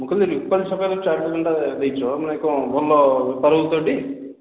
ମୁଁ କହିଲି ରୁପାଲି ଛକରେ ଚାଟ୍ ଦୋକାନଟା ଦେଇଛ ମାନେ କ'ଣ ଭଲ ବେପାର ହେଉଛି ତ ହେଠି